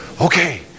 okay